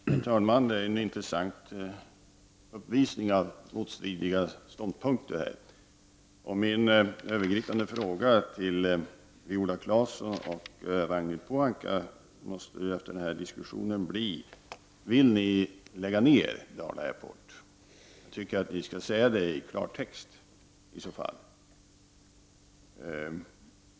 Herr talman! Det var en intressant uppvisning av motstridiga ståndpunkter. Min övergripande fråga till Viola Claesson och Ragnhild Pohanka måste efter den här diskussionen bli: Vill ni lägga ned Dala Airport? I så fall skall ni tala klarspråk.